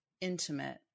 intimate